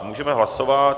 Můžeme hlasovat.